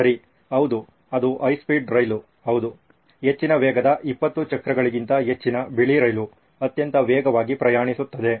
ಸರಿ ಹೌದು ಅದು ಹೈಸ್ಪೀಡ್ ರೈಲು ಹೌದು ಹೆಚ್ಚಿನ ವೇಗದ 20 ಚಕ್ರಗಳಿಗಿಂತ ಹೆಚ್ಚಿನ ಬಿಳಿ ರೈಲು ಅತ್ಯಂತ ವೇಗವಾಗಿ ಪ್ರಯಾಣಿಸುತ್ತದೆ